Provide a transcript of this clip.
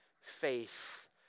faith